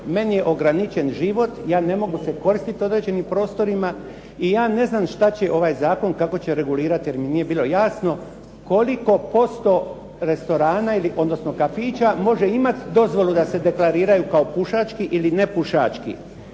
Meni je ograničen život, ja ne mogu se koristiti određenim prostorima i ja ne znam šta će ovaj zakon, kako će regulirati jer mi nije bilo jasno koliko posto restorana, odnosno kafića može imati dozvolu da se deklariraju kao pušački ili nepušački.